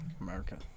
America